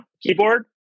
keyboard